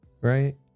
right